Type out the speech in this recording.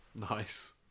Nice